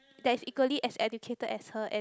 that's equally as educated as her and